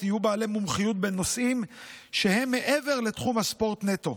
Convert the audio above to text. יהיו בעלי מומחיות בנושאים שהם מעבר לתחום הספורט נטו,